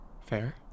Fair